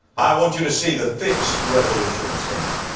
i want you to see the fixed resolution of sin.